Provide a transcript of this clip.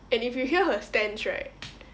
and if you hear her stance right